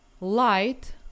light